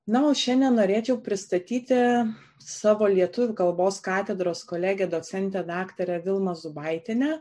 na o šiandien norėčiau pristatyti savo lietuvių kalbos katedros kolegę docentę daktarę vilmą zubaitienę